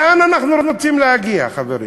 לאן אנחנו רוצים להגיע, חברים?